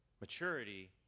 Maturity